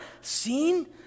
seen